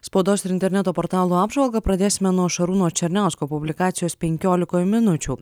spaudos ir interneto portalų apžvalgą pradėsime nuo šarūno černiausko publikacijos penkiolikoje minučių